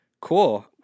cool